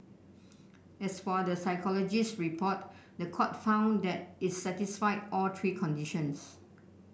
as for the psychologist's report the court found that it satisfied all three conditions